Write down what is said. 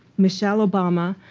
michelle obama,